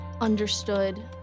understood